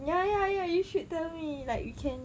ya ya ya you should tell me like you can